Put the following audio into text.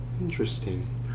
Interesting